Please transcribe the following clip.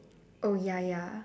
oh ya ya